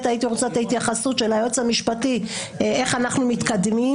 הייתי רוצה את ההתייחסות של היועץ המשפטי איך אנחנו מתקדמים.